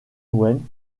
wayne